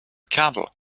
candle